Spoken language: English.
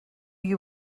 you